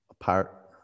apart